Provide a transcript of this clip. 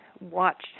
watched